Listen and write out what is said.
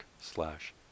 slash